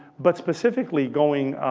but specifically, going